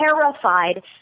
terrified